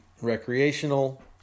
recreational